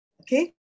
okay